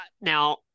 Now